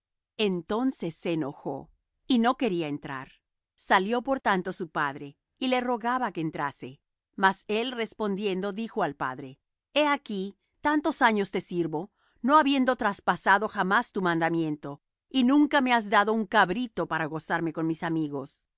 entonces se enojó y no quería entrar salió por tanto su padre y le rogaba que entrase mas él respondiendo dijo al padre he aquí tantos años te sirvo no habiendo traspasado jamás tu mandamiento y nunca me has dado un cabrito para gozarme con mis amigos